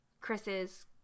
Chris's